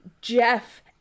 jeff